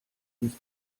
uns